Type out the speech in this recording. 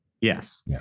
Yes